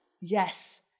Yes